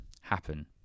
happen